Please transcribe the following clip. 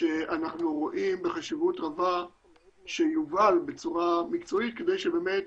שאנחנו רואים בחשיבות רבה שיובל בצורה מקצועית כדי שבאמת